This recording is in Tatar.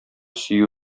сөю